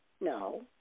No